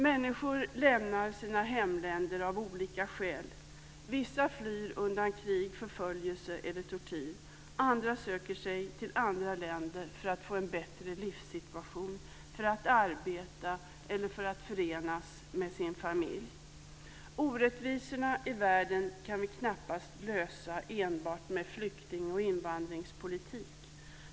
Människor lämnar sina hemländer av olika skäl. Vissa flyr undan krig, förföljelse eller tortyr. Andra söker sig till andra länder för att få en bättre livssituation, för att arbeta eller för att förenas med sin familj. Orättvisorna i världen kan man knappast komma till rätta med enbart med flykting och invandringspolitik.